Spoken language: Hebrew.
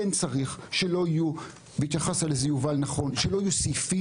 כן צריך שלא יהיו והתייחסת לזה יובל נכון סעיפים